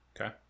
Okay